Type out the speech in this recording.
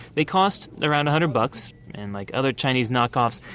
they cost around a hundred bucks. and like other chinese knock-offs,